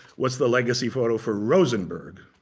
what's the legacy photo for rosenburg?